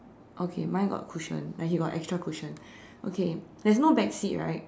okay mine got cushion and he got extra cushion okay there's no back seat right